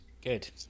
Good